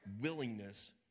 willingness